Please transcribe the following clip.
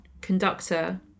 Conductor